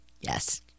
Yes